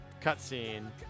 cutscene